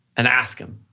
and ask him,